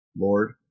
lord